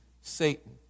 Satan